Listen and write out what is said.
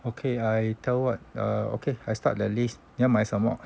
okay I tell what err okay I start the list 你要买什么